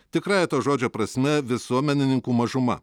tikrąja to žodžio prasme visuomenininkų mažuma